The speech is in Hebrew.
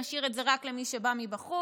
נשאיר את זה רק למי שבא מבחוץ,